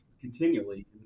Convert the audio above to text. continually